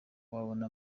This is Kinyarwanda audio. wabona